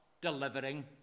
delivering